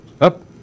up